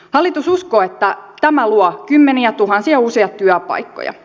hallitus uskoo että tämä luo kymmeniä tuhansia uusia työpaikkoja